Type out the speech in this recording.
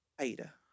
Aida